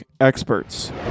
experts